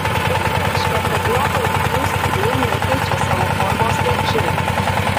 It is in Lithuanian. tai reiškia kad jo baltymų spygliai nekeičia savo formos kaip živ